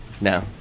No